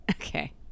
okay